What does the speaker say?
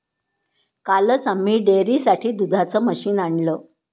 कालच आम्ही डेअरीसाठी दुधाचं मशीन आणलं